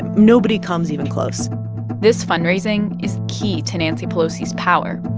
nobody comes even close this fundraising is key to nancy pelosi's power,